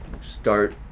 start